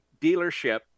dealership